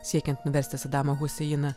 siekiant nuversti sadamą huseiną